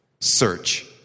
search